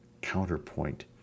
counterpoint